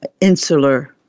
insular